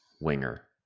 winger